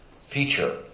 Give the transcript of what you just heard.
feature